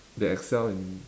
they excel in